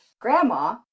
Grandma